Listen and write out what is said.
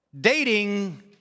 dating